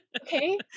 okay